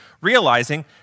realizing